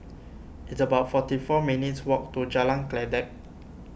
it's about forty four minutes' walk to Jalan Kledek